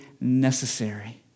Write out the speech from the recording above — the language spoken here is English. necessary